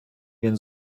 він